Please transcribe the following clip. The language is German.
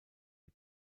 die